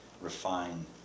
refine